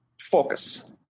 focus